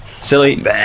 Silly